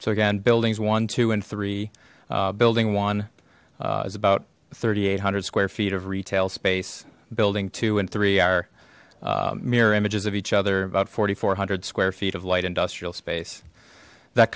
so again buildings one two and three building one is about three eight hundred square feet of retail space building two and three are mirror images of each other about four four hundred square feet of light industrial space that